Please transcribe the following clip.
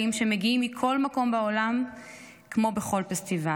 שמגיעים מכל מקום בעולם --- כמו בכל פסטיבל.